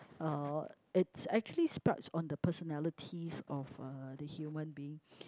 uh it's actually sprouts on the personalities of uh the human being